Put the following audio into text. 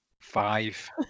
Five